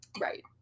Right